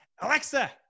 Alexa